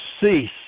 cease